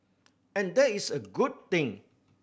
and that is a good thing